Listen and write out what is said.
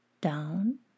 down